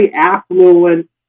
affluent